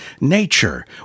nature